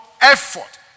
effort